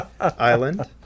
Island